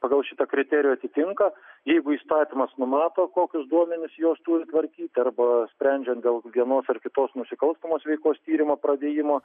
pagal šitą kriterijų atitinka jeigu įstatymas numato kokius duomenis jos turi tvarkyti arba sprendžia dėl vienos ar kitos nusikalstamos veikos tyrimo pradėjimo